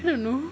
don't know